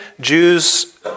Jews